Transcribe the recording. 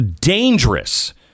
dangerous